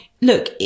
look